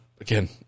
Again